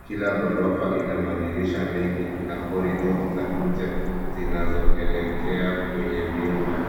Kila ghorofa ina madirisha mengi na corridor za nje zinazoelekea kwenye vyumba.